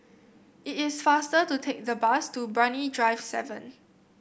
it is faster to take the bus to Brani Drive seven